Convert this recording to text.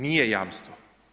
Nije jamstvo.